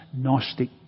Gnostic